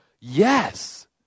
Yes